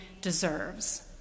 deserves